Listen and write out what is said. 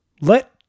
let